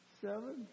seven